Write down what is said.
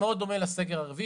דומה לסגר הרביעי.